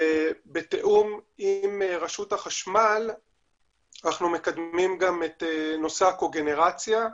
ובתיאום עם רשות החשמל אנחנו מקדמים גם את נושא הקוגנרציה,